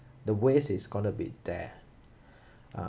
the waste is going to be there uh